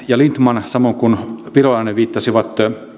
ja lindtman samoin kuin virolainen viittasivat